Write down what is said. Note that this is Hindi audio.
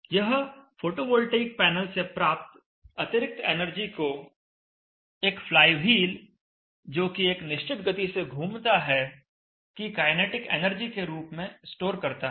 यह फोटोवोल्टेइक पैनल से प्राप्त अतिरिक्त एनर्जी को एक फ्लाईव्हील जो कि एक निश्चित गति से घूमता है की काइनेटिक एनर्जी के रूप में स्टोर करता है